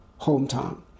hometown